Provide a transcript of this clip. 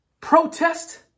Protest